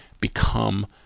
become